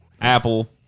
Apple